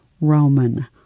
Roman